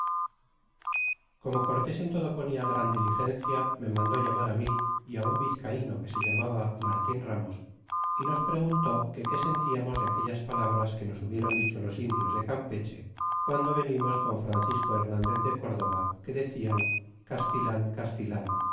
como cortes en todo ponla gran diligencia me mandó llamará mi y un vizcaino que se llamaba martin ramos y nos preguntó pe que sentiamos de aquellas palabras que nos hubieron dicho los indios de campeche guiando venimos con francisco hernandez de córdoba que decian castilan castilan